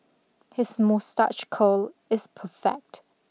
his moustache curl is perfect